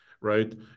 right